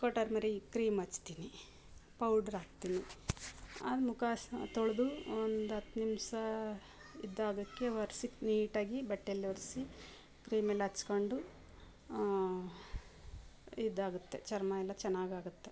Vicco turmeric cream ಹಚ್ತಿನಿ powder ಹಾಕ್ತಿನಿ ಅಲ್ಲಿ ಮುಖ ತೊಳೆದು ಒಂದು ಹತ್ ನಿಮ್ಷ ಇದಾಗೋಕೆ ಒರೆಸಿ ನೀಟಾಗಿ ಬಟ್ಟೆಯಲ್ಲಿ ಒರೆಸಿ ಕ್ರೀಮೆಲ್ಲ ಹಚ್ಕೊಂಡು ಇದಾಗುತ್ತೆ ಚರ್ಮಯೆಲ್ಲ ಚೆನ್ನಾಗಾಗತ್ತೆ